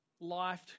life